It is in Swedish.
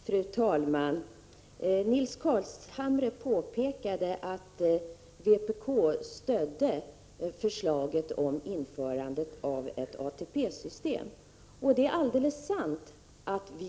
Fru talman! Nils Carlshamre påpekade att vpk stödde förslaget om införandet av ett ATP-system. Det är alldeles sant.